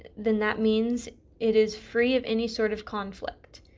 then that means it is free of any sort of conflict.